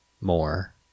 more